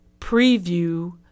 preview